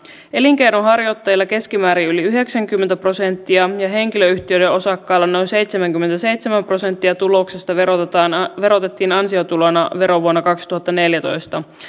elinkeinonharjoittajilla keskimäärin yli yhdeksänkymmentä prosenttia ja henkilöyhtiöiden osakkailla noin seitsemänkymmentäseitsemän prosenttia tuloksesta verotettiin ansiotulona verovuonna kaksituhattaneljätoista